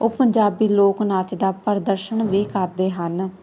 ਉਹ ਪੰਜਾਬੀ ਲੋਕ ਨਾਚ ਦਾ ਪ੍ਰਦਰਸ਼ਨ ਵੀ ਕਰਦੇ ਹਨ